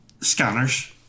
scanners